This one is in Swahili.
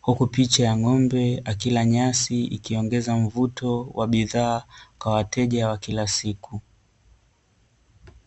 huku picha ya ng'ombe akila nyasi ikiongeza mvuto wa bidhaa kwa wateja wa kila siku.